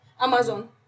Amazon